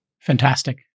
Fantastic